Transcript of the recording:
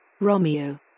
Romeo